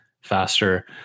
faster